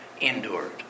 endured